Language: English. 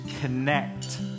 connect